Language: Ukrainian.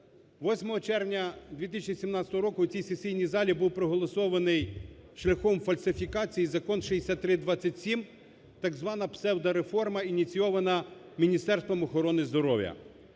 8 червня 2017 року в цій сесійній залі був проголосований шляхом фальсифікацій Закон 6327, так звана псевдореформа, ініційована Міністерством охорони здоров'я.